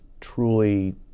truly